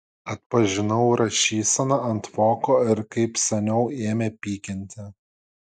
atpažinau rašyseną ant voko ir kaip seniau ėmė pykinti